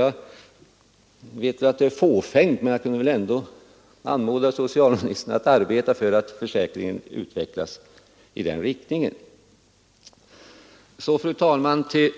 Jag vet att det är fåfängt men vill ändå vädja till socialministern att arbeta för att försäkringen utvecklas iden riktning jag har antytt. Så, fru talman, till